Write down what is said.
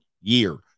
year